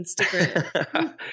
Instagram